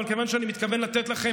אבל כיוון שאני מתכוון לתת לכם,